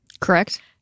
Correct